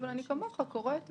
אבל אני כמוך קוראת ושומעת.